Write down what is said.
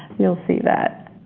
you'll see that.